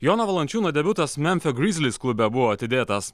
jono valančiūno debiutas memfio grizzlies klube buvo atidėtas